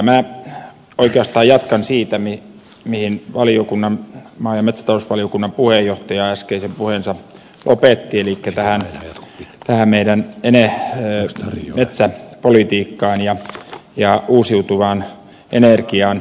minä oikeastaan jatkan siitä mihin maa ja metsätalousvaliokunnan puheenjohtaja äskeisen puheensa lopetti elikkä tästä meidän metsäpolitiikasta ja uusiutuvasta energiasta